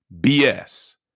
BS